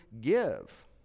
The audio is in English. give